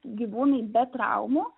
gyvūnai be traumų